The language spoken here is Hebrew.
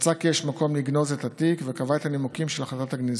מצא כי יש מקום לגנוז את התיק וקבע את הנימוקים של החלטת הגניזה.